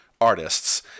artists